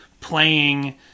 playing